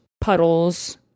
puddles